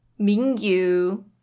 Mingyu